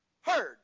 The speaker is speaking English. heard